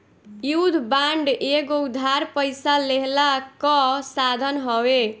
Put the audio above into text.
युद्ध बांड एगो उधार पइसा लेहला कअ साधन हवे